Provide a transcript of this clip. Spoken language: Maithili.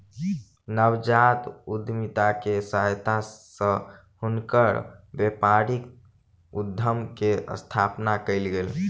नवजात उद्यमिता के सहायता सॅ हुनकर व्यापारिक उद्यम के स्थापना कयल गेल